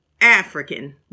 African